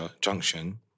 junction